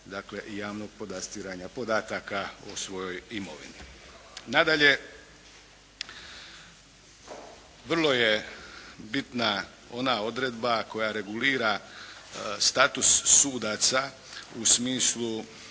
dakle i javnog podastiranja podataka o svojoj imovini. Nadalje, vrlo je bitna ona odredba koja regulira status sudaca u smislu